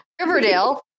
Riverdale